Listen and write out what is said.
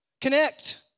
Connect